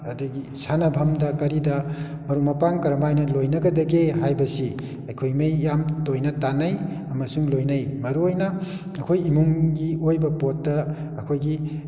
ꯑꯗꯒꯤ ꯁꯥꯟꯅꯐꯝꯗ ꯀꯔꯤꯗ ꯃꯔꯨꯞ ꯃꯄꯥꯡ ꯀꯔꯝ ꯍꯥꯏꯅ ꯂꯣꯏꯅꯒꯗꯒꯦ ꯍꯥꯏꯕꯁꯤ ꯑꯩꯈꯣꯏꯈꯩ ꯌꯥꯝ ꯇꯣꯏꯅ ꯇꯥꯟꯅꯩ ꯑꯃꯁꯨꯡ ꯂꯣꯏꯅꯩ ꯃꯔꯨꯑꯣꯏꯅ ꯑꯩꯈꯣꯏ ꯏꯃꯨꯡꯒꯤ ꯑꯣꯏꯕ ꯄꯣꯠꯇ ꯑꯩꯈꯣꯏꯒꯤ